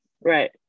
right